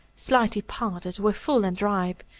slightly parted, were full and ripe,